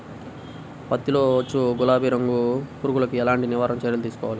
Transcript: పత్తిలో వచ్చు గులాబీ రంగు పురుగుకి ఎలాంటి నివారణ చర్యలు తీసుకోవాలి?